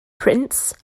prince